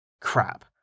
Crap